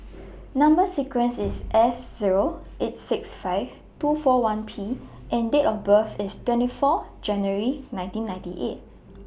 Number sequence IS S Zero eight six five two four one P and Date of birth IS twenty four January nineteen ninety eight